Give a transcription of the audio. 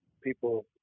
people